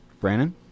Brandon